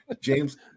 James